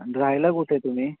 आणि रहायला कुठे तुम्ही